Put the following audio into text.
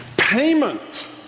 payment